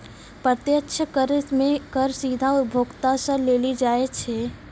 प्रत्यक्ष कर मे कर सीधा उपभोक्ता सं लेलो जाय छै